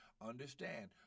Understand